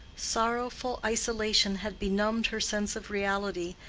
sorrowful isolation had benumbed her sense of reality,